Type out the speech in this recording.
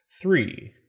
Three